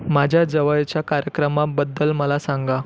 माझ्या जवळच्या कार्यक्रमाबद्दल मला सांगा